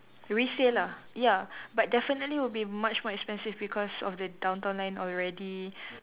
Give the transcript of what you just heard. resale lah ya but definitely will be much more expensive because of the downtown line already